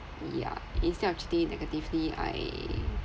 yeah instead of treating it negatively I